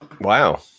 wow